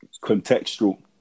contextual